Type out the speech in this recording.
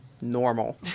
normal